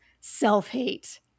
self-hate